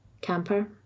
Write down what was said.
camper